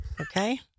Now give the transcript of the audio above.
Okay